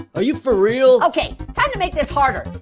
are you for real? okay, time to make this harder.